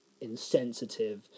insensitive